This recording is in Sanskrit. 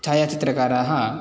छायाचित्रकाराः